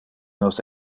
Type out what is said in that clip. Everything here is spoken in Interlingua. nos